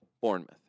Bournemouth